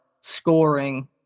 scoring